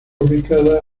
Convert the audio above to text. ubicada